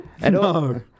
No